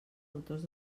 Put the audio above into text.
autors